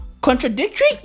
Contradictory